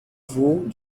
vous